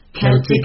Celtic